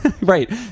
Right